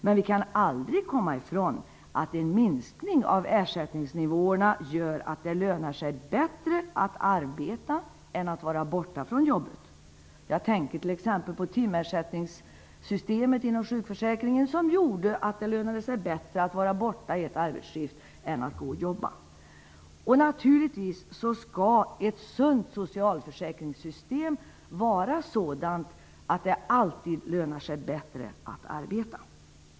Men vi kan aldrig komma ifrån att en minskning av ersättningsnivåerna gör att det lönar sig bättre att arbeta än att vara borta från jobbet. Jag tänker t.ex. på timersättningssystemet inom sjukförsäkringen, som gjorde att det lönade sig bättre att vara borta ett arbetsskift än att gå och jobba. Naturligtvis skall ett sunt socialförsäkringssystem vara så utformat att det alltid lönar sig bättre att arbeta.